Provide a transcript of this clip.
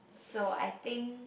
so I think